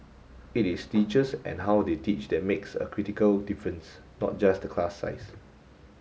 it is teachers and how they teach that makes a critical difference not just the class size